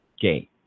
gay